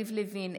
יריב לוין,